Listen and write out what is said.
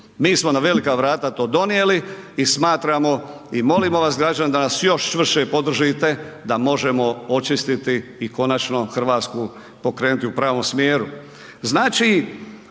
Mi smo na velika vrata to donijeli i smatramo i molim vas građani da nas još čvršće podržite da možemo očistiti i konačno Hrvatsku pokrenuti u pravom smjeru.